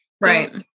Right